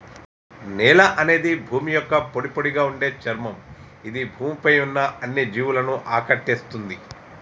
నేల అనేది భూమి యొక్క పొడిపొడిగా ఉండే చర్మం ఇది భూమి పై ఉన్న అన్ని జీవులను ఆకటేస్తుంది